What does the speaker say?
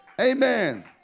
Amen